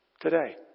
today